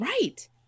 Right